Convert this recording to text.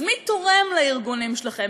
אז מי תורם לארגונים שלכם?